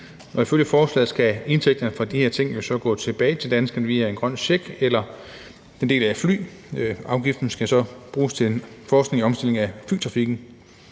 Ifølge forslaget skal indtægterne fra de her ting jo så gå tilbage til danskerne via en grøn check – en del af flyafgiften skal så bruges til forskning i omstilling af flytrafikken.